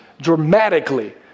dramatically